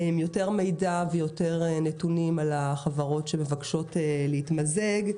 יותר מידע ויותר נתונים על אודות החברות שמבקשות להתמזג.